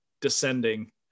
descending